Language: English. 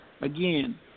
again